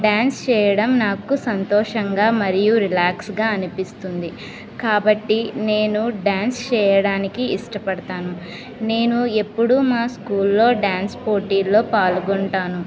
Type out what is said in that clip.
dance చేయడం నాకు సంతోషంగా మరియు రిలాక్స్గా అనిపిస్తుంది కాబట్టి నేను డ్యాన్స్ చేయడానికి ఇష్టపడతాను నేను ఎప్పుడు మా స్కూల్లో డ్యాన్స్ పోటీల్లో పాల్గొంటాను